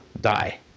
die